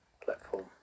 platform